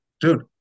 dude